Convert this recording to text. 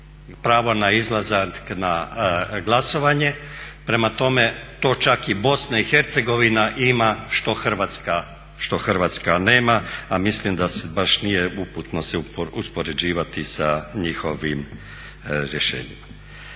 pravo na izlazak na glasovanje, prema tome to čak i BiH ima što Hrvatska nema, a mislim da nije baš uputno se uspoređivati sa njihovim rješenjima.